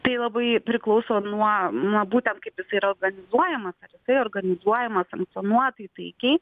tai labai priklauso nuonuo būtent kaip jis yra organizuojamas tai organizuojama sankcionuotai taikiai